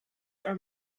are